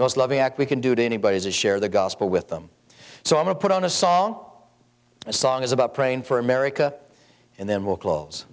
those loving act we can do to anybody is share the gospel with them so i'm a put on a song a song is about praying for america and then we'll cl